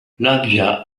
latvia